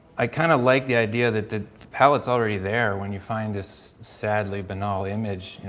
i kind of like the idea that the palettes already there when you find this sadly banal image,